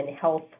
health